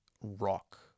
rock